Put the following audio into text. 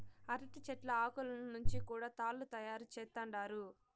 అరటి చెట్ల ఆకులను నుంచి కూడా తాళ్ళు తయారు చేత్తండారు